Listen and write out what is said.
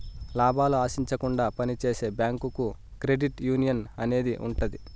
లాభాలు ఆశించకుండా పని చేసే బ్యాంకుగా క్రెడిట్ యునియన్ అనేది ఉంటది